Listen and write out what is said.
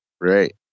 Right